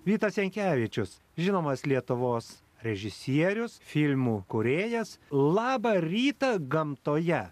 vytas jankevičius žinomas lietuvos režisierius filmų kūrėjas labą rytą gamtoje